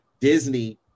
Disney